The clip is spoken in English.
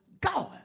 God